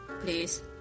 please